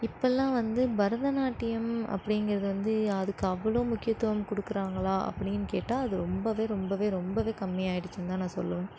இப்போல்லாம் வந்து பரதநாட்டியம் அப்படிங்கிறது வந்து அதுக்கு அவ்வளோ முக்கியத்துவம் கொடுக்கறாங்களா அப்படின் கேட்டா அது ரொம்பவே ரொம்பவே ரொம்பவே கம்மியாயிடுச்சின்னு தான் நான் சொல்லுவேன்